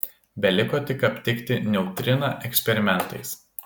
beliko tik aptikti neutriną eksperimentais